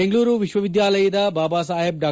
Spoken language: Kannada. ಬೆಂಗಳೂರು ವಿಶ್ವವಿದ್ಯಾಲಯದ ಬಾಬಾ ಸಾಹೇಬ್ ಡಾ